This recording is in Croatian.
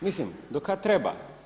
Mislim, do kada treba.